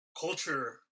culture